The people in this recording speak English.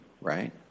right